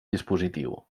dispositiu